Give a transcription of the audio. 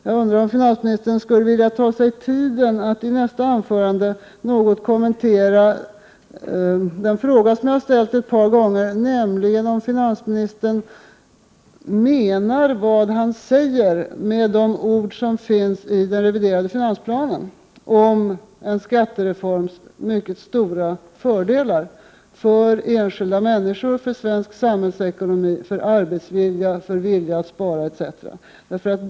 Jag undrar om finansministern skulle vilja ta sig tid att vid nästa anförande något kommentera den fråga som jag har ställt ett par gånger, nämligen om finansministern menar vad han säger med de ord som finns i den reviderade finansplanen om en skattereforms mycket stora fördelar för enskilda människor, för svensk samhällsekonomi, för arbetsvilja, för viljan att spara etc.